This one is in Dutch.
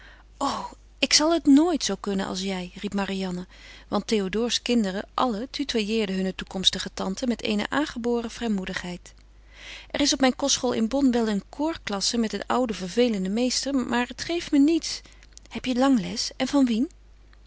o ik zal het nooit zoo kunnen als jij riep marianne want théodore's kinderen allen tutoyeerden hunne toekomstige tante met eene aangeboren vrijmoedigheid er is op mijn kostschool in bonn wel een koorklasse met een ouden vervelenden meester maar het geeft me niets heb je lang les en van wien